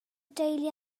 deulu